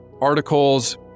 articles